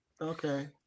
okay